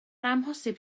amhosib